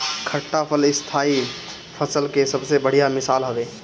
खट्टा फल स्थाई फसल के सबसे बढ़िया मिसाल हवे